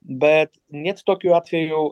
bet nieks tokiu atveju